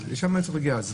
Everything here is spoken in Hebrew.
לשם היה צריך להגיע.